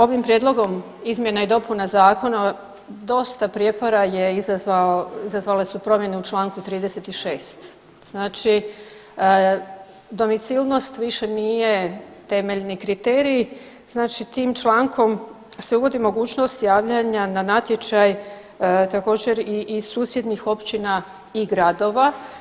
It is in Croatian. Ovim prijedlogom izmjena i dopuna zakona dosta prijepora izazvale su promjene u čl. 36. znači domicilnost više nije temeljni kriterij, znači tim člankom se uvodi mogućnost javljanja na natječaj također i susjednih općina i gradova.